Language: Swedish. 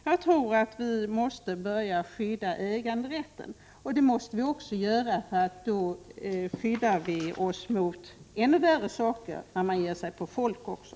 Jag tror att vi måste börja skydda äganderätten, och det måste vi också göra för att skydda oss mot ännu värre saker, t.ex. att man ger sig på folk också.